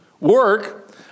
work